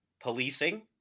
policing